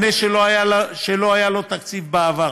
מענה שלא היה לו תקציב בעבר.